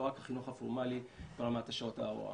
לא רק החינוך הפורמלי ברמת שעות ההוראה.